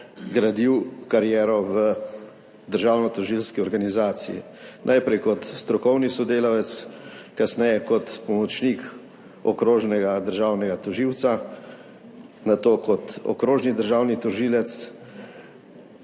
gradil kariero v državnotožilski organizaciji, najprej kot strokovni sodelavec, kasneje kot pomočnik okrožnega državnega tožilca, nato kot okrožni državni tožilec.